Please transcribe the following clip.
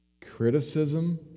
criticism